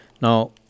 Now